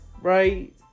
Right